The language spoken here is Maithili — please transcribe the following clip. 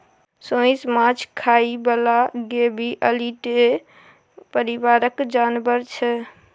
सोंइस माछ खाइ बला गेबीअलीडे परिबारक जानबर छै